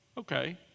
Okay